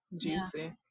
juicy